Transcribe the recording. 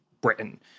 Britain